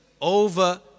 over